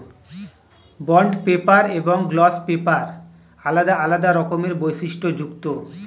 bond paper এবং gloss paper আলাদা আলাদা রকমের বৈশিষ্ট্যযুক্ত